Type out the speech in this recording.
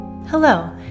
Hello